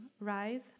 rise